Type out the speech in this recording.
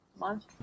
Month